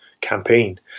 campaign